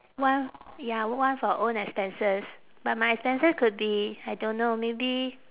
one ya one for own expenses but my expenses could be I don't know maybe